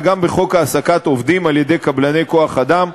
וגם בחוק העסקת עובדים על-ידי קבלני כוח-אדם,